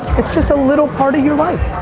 it's just a little part of your life